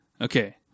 Okay